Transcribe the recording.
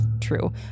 true